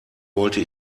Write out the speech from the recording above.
wollte